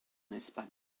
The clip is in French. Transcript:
espagne